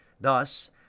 thus